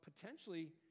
potentially